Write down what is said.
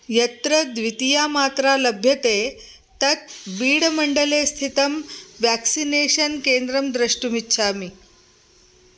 यत्र द्वितीया मात्रा लभ्यते तत् बीडमण्डले स्थितं व्याक्सिनेषन् केन्द्रं द्रष्टुमिच्छामि